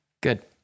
Good